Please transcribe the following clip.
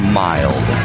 mild